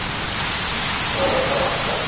hello sir வணக்கம் sir